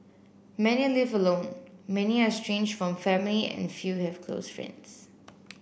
many live alone many are estranged from family and few have close friends